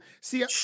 see